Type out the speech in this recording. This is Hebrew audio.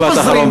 משפט אחרון,